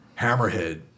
Hammerhead